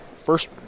first